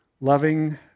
loving